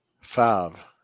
five